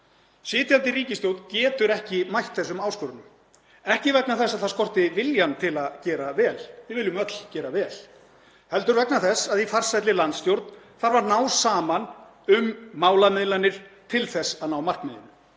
Sitjandi ríkisstjórn getur ekki mætt þessum áskorunum, ekki vegna þess að það skorti viljann til að gera vel, við viljum öll gera vel, heldur vegna þess að í farsælli landsstjórn þarf að ná saman um málamiðlanir til þess að ná markmiðinu.